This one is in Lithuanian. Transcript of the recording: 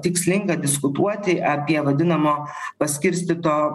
tikslinga diskutuoti apie vadinamo paskirstyto